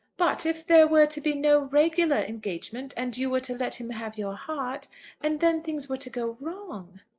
but if there were to be no regular engagement, and you were to let him have your heart and then things were to go wrong!